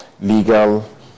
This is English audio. legal